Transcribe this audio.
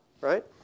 right